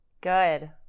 Good